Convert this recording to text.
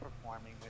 performing